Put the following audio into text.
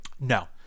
No